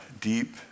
deep